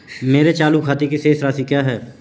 मेरे चालू खाते की शेष राशि क्या है?